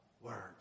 word